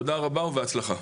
תודה רבה ובהצלחה.